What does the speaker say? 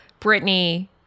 Britney